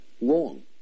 wrong